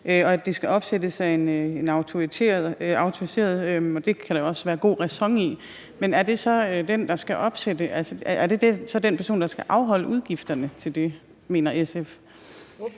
og at det skal opsættes af en autoriseret. Det kan der også være god ræson i. Men er det så den person, der skal opsætte, der skal afholde udgifterne til det, mener SF?